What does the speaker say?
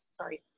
sorry